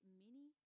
mini